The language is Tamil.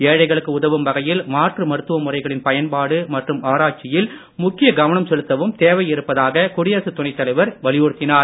ஏழைகளுக்கு உதவும் வகையில் மாற்று மருத்துவ முறைகளின் பயன்பாடு மற்றும் ஆராய்ச்சியில் முக்கிய கவனம் செலுத்தவும் தேவை இருப்பதாக குடியரசுத் துணைத் தலைவர் வலியுறுத்தினார்